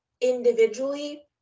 individually